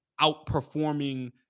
outperforming